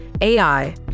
AI